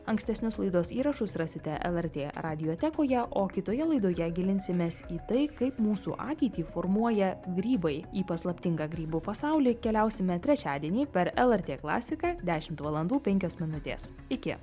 ankstesnius laidos įrašus rasite lrt radijo tekoje o kitoje laidoje gilinsimės į tai kaip mūsų ateitį formuoja grybai į paslaptingą grybų pasaulį keliausime trečiadienį per lrt klasiką dešimt valandų penkios minutės iki